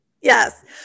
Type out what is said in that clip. Yes